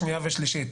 שנייה ושלישית,